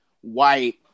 white